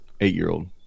eight-year-old